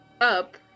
up